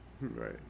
Right